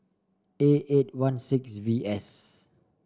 A eight one six V S